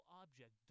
object